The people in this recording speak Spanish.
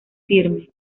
firme